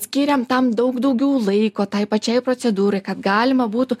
skiriam tam daug daugiau laiko tai pačiai procedūrai kad galima būtų